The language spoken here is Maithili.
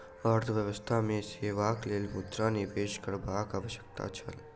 अर्थव्यवस्था मे सेवाक लेल मुद्रा निवेश करबाक आवश्यकता अछि